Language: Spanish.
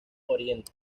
oriente